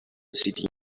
sitting